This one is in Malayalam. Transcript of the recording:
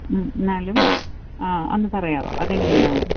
മ്മ് എന്നാലും ആ അത് പറയാമോ അതെങ്ങനെയുണ്ടാകും